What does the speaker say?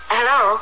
Hello